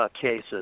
cases